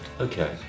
Okay